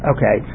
Okay